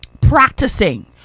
practicing